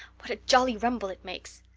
what a jolly rumble it makes!